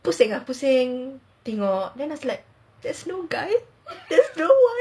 pusing ah pusing tengok then I was like there's no guy there's no one